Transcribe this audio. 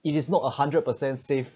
it is not a hundred percent safe